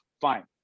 Fine